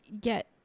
get